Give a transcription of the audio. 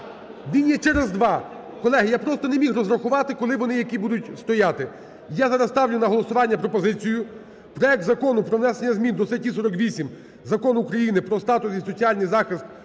Він є через два. Колеги, я просто не міг розрахувати, коли вони які будуть стояти. Я зараз ставлю на голосування пропозицію. Проект Закону про внесення змін до статті 48 Закону України "Про статус і соціальний захист